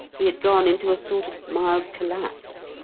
he had gone into a sort of mild collapse,